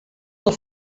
del